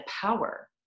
power